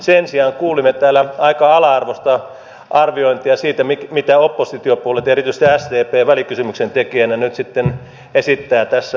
sen sijaan kuulimme täällä aika ala arvoista arviointia siitä mitä oppositiopuolueet ja erityisesti sdp välikysymyksen tekijänä nyt sitten esittää tässä